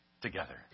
Together